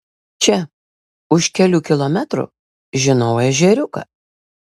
čia už kelių kilometrų žinau ežeriuką